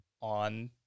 on